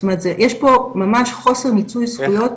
זאת אומרת יש פה ממש חוסר מיצוי זכויות אדיר.